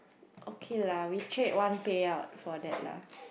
okay lah we trade one payout for that lah